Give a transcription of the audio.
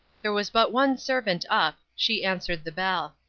there was but one servant up she answered the bell.